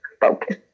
Focus